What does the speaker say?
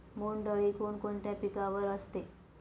बोंडअळी कोणकोणत्या पिकावर असते?